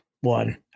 one